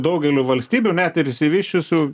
daugeliu valstybių net ir išsivysčiusių